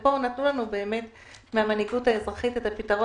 ופה נתנו לנו מהמנהיגות האזרחית את הפתרון